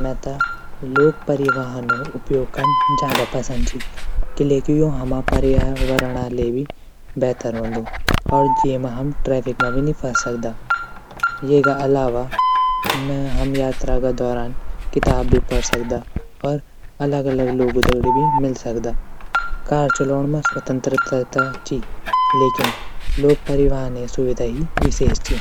मेता लोक परिवहनो उपयोग कन ज़्यादा पसंद ची क़िले की यू हमा परियावरणा ले भी बेहतर वंदु और येमा हम ट्रैफिक म भी नी फ़स सकदा येगा अलावा हम यात्रा ग दोरान किताब भी पढ़ सकदा और अलग अलग लोगू दगड़ी भी मिल सकदा कार चलोण म स्वतंत्रता ची लेकिन लोक परिवहने सुविधा ही विशेष ची।